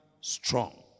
strong